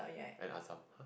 and Asam